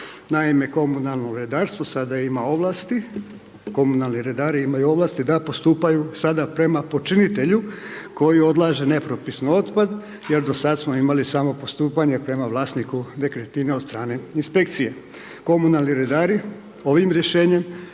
ovlasti, komunalni redari imaju ovlasti da postupaju sada prema počinitelju koji odlaže nepropisno otpad jer do sad smo imali samo postupanje prema vlasniku nekretnine od strane inspekcije. Komunalni redari ovim rješenjem